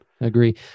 agree